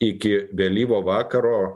iki vėlyvo vakaro